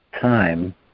time